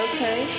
Okay